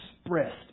expressed